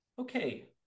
Okay